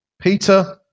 Peter